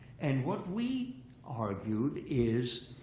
and what we argued is,